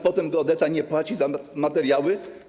Potem geodeta nie płaci za materiały.